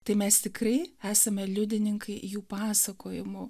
tai mes tikrai esame liudininkai jų pasakojimų